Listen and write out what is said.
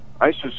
Isis